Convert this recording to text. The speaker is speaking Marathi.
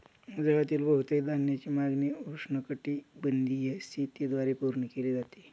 जगातील बहुतेक धान्याची मागणी उष्णकटिबंधीय शेतीद्वारे पूर्ण केली जाते